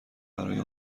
برای